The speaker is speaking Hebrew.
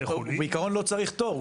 בעיקרון הוא לא צריך תור,